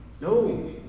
No